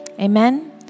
Amen